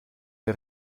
der